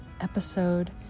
episode